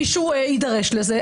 מישהו יידרש לזה.